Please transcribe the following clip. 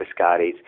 biscottis